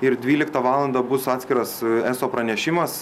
ir dvyliktą valandą bus atskiras eso pranešimas